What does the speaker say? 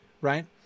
right